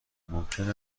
ممکن